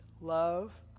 love